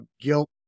guilt